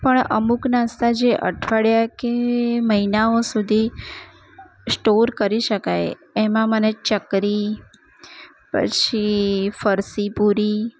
પણ અમુક નાસ્તા જે અઠવાડિયા કે મહિનાઓ સુધી સ્ટોર કરી શકાય એમાં મને ચકરી પછી ફણસી પૂરી